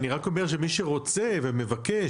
אני רק אומר שמי שרוצה ומבקש,